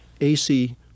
AC